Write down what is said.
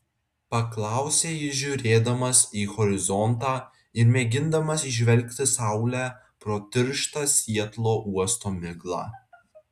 paklausė jis žiūrėdamas į horizontą ir mėgindamas įžvelgti saulę pro tirštą sietlo uosto miglą